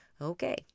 Okay